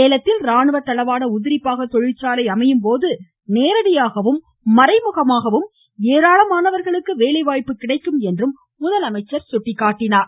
சேலத்தில் ராணுவ தளவாட உதிரிபாக தொழிற்சாலை அமையும் போது நேரடியாகவும் மறைமுகமாகவும் ஏராளமானவர்களுக்கு வேலைவாய்ப்பு கிடைக்கும் என்றும் முதலமைச்சர் சுட்டிக்காட்டினார்